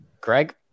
Greg